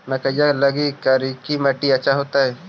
मकईया लगी करिकी मिट्टियां अच्छा होतई